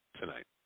tonight